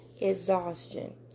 exhaustion